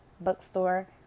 bookstore